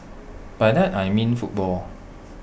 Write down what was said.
by that I mean football